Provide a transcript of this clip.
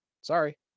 sorry